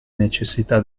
necessità